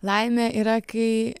laimė yra kai